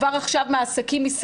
כבר עכשיו ייסגרו,